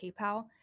PayPal